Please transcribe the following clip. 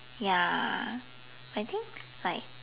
ya I think like